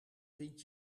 vind